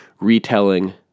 retelling